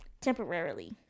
temporarily